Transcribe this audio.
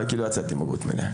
כי לא יצאתי עם בגרות מלאה,